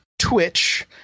twitch